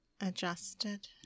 adjusted